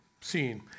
seen